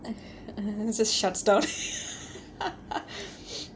and then it just shuts down